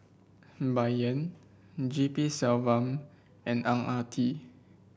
Bai Yan G P Selvam and Ang Ah Tee